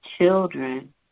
children